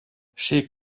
she